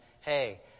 hey